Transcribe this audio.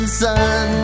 sun